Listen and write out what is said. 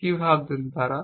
কি ভাবতেন তারা